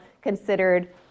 considered